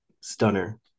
Stunner